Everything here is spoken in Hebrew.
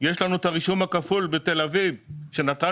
יש לנו את הרישום הכפול בתל אביב שנתנו